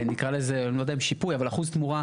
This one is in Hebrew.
כרגע אני אציין שלושה דברים חשובים, בסדר?